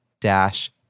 dash